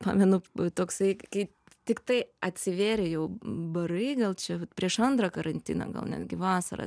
pamenu toksai kai tiktai atsivėrė jau barai gal čia prieš antrą karantiną gal netgi vasarą